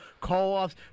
Call-offs